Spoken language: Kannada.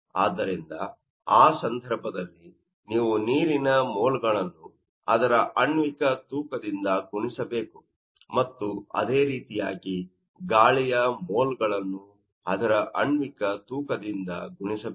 ಆದ್ದರಿಂದ ಆ ಸಂದರ್ಭದಲ್ಲಿನೀವು ನೀರಿನ ಮೋಲ್ಗಳನ್ನು ಅದರ ಆಣ್ವಿಕ ತೂಕದಿಂದ ಗುಣಿಸಬೇಕು ಮತ್ತು ಅದೇ ರೀತಿಯಾಗಿ ಗಾಳಿಯ ಮೋಲ್ಗಳನ್ನು ಅದರ ಆಣ್ವಿಕ ತೂಕದಿಂದ ಗುಣಿಸಬೇಕು